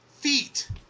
feet